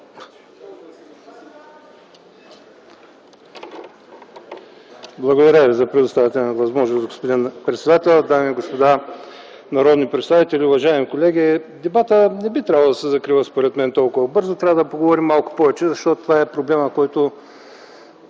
Благодаря Ви за предоставената възможност, господин председател. Дами и господа, народни представители, уважаеми колеги! Дебатът не би трябвало да се закрива според мен толкова бързо, трябва да поговорим малко повече, защото това е проблемът, който